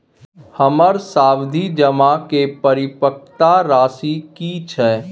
हमर सावधि जमा के परिपक्वता राशि की छै?